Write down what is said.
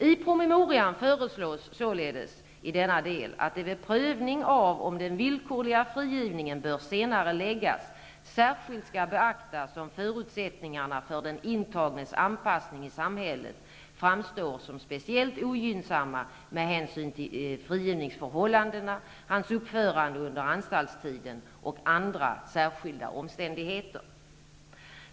I promemorian föreslås således i denna del att det vid prövning av om den villkorliga frigivningen bör senareläggas särskilt skall beaktas om förutsättningarna för den intagnes anpassning i samhället framstår som speciellt ogynnsamma med hänsyn till frigivningsförhållandena, hans uppförande under anstaltstiden och andra särskilda omständigheter.